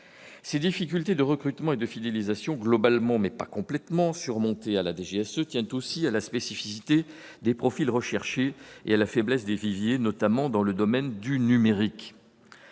Ces difficultés de recrutement et de fidélisation, globalement, mais pas complètement surmontées par la DGSE, tiennent également aux singularités des profils recherchés, ainsi qu'à la faiblesse des viviers, notamment dans le domaine du numérique.